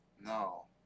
No